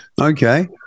Okay